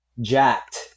jacked